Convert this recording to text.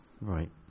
Right